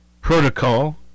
Protocol